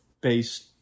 based